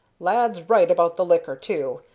lad's right about the liquor, too,